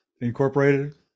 incorporated